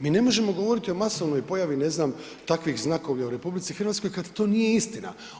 Mi ne možemo govoriti o masovnoj pojavi, ne znam, takvih znakovlja u RH kad to nije istina.